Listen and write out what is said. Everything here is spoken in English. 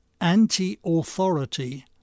anti-authority